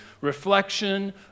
reflection